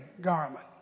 garment